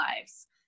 lives